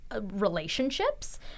relationships